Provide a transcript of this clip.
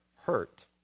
hurt